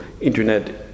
internet